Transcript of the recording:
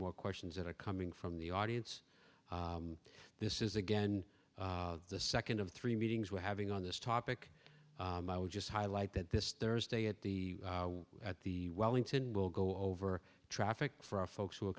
more questions that are coming from the audience this is again the second of three meetings we're having on this topic i would just highlight that this thursday at the at the wellington will go over traffic for folks who are